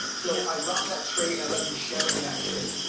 so um i love that trait and i love you sharing that trait.